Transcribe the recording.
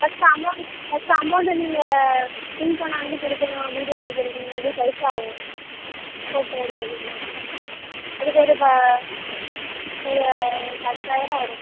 first amount first அமௌண்ட்டை நீங்கள் முன்பணம் வந்து கொடுக்கணும் வீடியோ எடுக்கறதுக்கு முன்னாடி பைசா ஆகும் ஃபோட்டோ எடுக்கறதுக்கு முன்னாடி அதுக்கு ஒரு ப ஒரு ஒரு பத்தாயிரம் வரும்